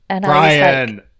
Brian